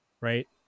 right